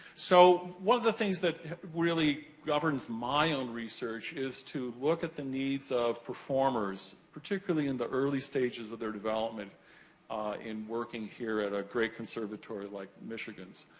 so, one of the things that really governs my own research is to look at the needs of performers, particularly in the early stages of their development in working here, at a great conservatory like michigan's.